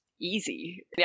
Easy